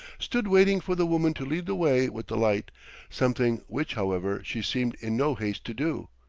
stood waiting for the woman to lead the way with the light something which, however, she seemed in no haste to do.